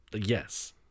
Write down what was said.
Yes